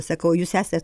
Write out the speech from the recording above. sakau jūs esat